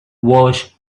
was